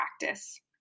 practice